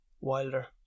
Wilder